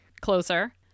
Closer